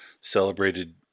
celebrated